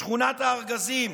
שכונת הארגזים,